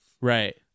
Right